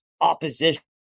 opposition